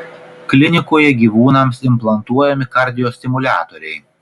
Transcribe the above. klinikoje gyvūnams implantuojami kardiostimuliatoriai